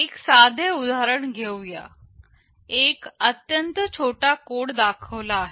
एक साधे उदाहरण घेऊया एक अत्यंत छोटा कोड दाखवला आहे